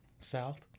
south